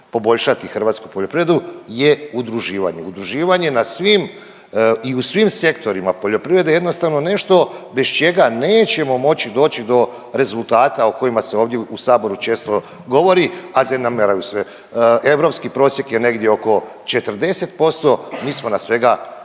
poboljšati hrvatsku poljoprivredu je udruživanje, udruživanje na svim i u svim sektorima poljoprivrede je jednostavno nešto bez čega nećemo moći doći do rezultata o kojima se ovdje u saboru često govori, a …/Govornik se ne razumije./…. Europski prosjek je negdje oko 40%, mi smo na svega